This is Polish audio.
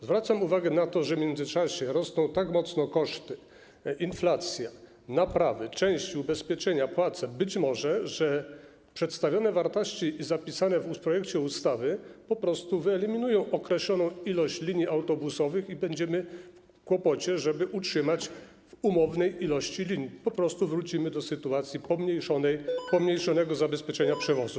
Zwracam uwagę na to, że w międzyczasie rosną tak mocno koszty, inflacja, naprawy, części, ubezpieczenia, płace, że być może przedstawione wartości zapisane w projekcie ustawy po prostu wyeliminują określoną ilość linii autobusowych i będziemy w kłopocie, żeby utrzymać linie w umownej ilości, po prostu wrócimy do sytuacji pomniejszonego zabezpieczenia przewozów.